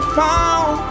found